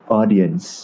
audience